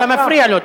אתה מפריע לו.